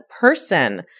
person